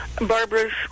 Barbara's